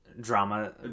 Drama